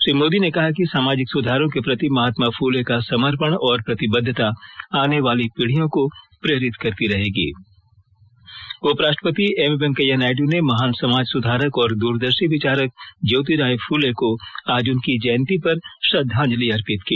श्री मोदी ने कहा कि सामाजिक सुधारों के प्रति महात्मा फुले का समर्पण और प्रतिबद्धता आने वाली पीढ़ियों को प्रेरित करती रहेगीउपराष्ट्रपति एम वेंकैया नायडू ने महान समाज सुधारक और द्रदर्शी विचारक ज्योतिराव फ़्ले को आज उनकी जयंती पर श्रद्धांजलि अर्पित की